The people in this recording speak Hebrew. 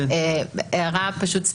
רק הערה אחרונה, אם אפשר.